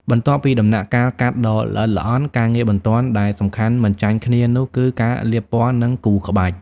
បន្ទាប់ពីដំណាក់កាលកាត់ដ៏ល្អិតល្អន់ ការងារបន្ទាប់ដែលសំខាន់មិនចាញ់គ្នានោះគឺការលាបពណ៌ និងគូរក្បាច់។